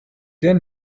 der